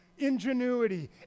ingenuity